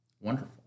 Wonderful